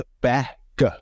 back